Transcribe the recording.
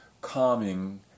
calming